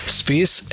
space